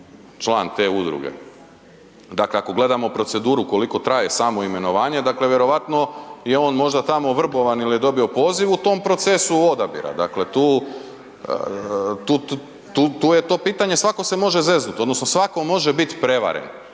član te udruge. Dakle, ako gledamo proceduru koliko traje samo imenovanje, dakle vjerojatno je on možda tamo vrbovan ili je dobio poziv u tom procesu odabira, dakle tu, tu, tu je to pitanje, svatko se može zeznuti, odnosno svako može biti prevaren.